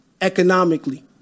economically